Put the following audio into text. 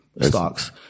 stocks